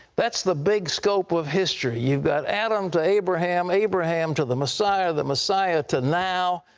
that's the big scope of history. you've got adam to abraham, abraham to the messiah, the messiah to now,